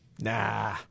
Nah